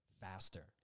faster